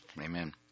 Amen